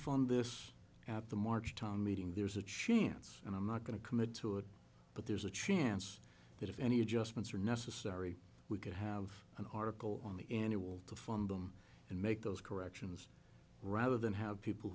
fund this at the march town meeting there's a chance and i'm not going to commit to it but there's a chance that if any adjustments are necessary we could have an article on the annual to fund them and make those corrections rather than have people